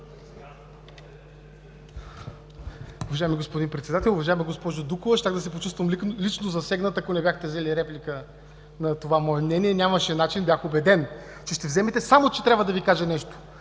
Уважаеми господин Председател! Уважаема госпожо Дукова, щях да се почувствам лично засегнат, ако не бяхте взели реплика на това мое мнение. Нямаше начин! Бях убеден, че ще вземете, само че трябва да Ви кажа нещо: